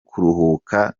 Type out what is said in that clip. kuruhuka